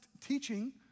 teaching